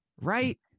Right